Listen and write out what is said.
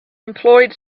employed